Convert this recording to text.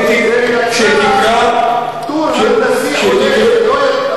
זה יצא טור הנדסי עולה.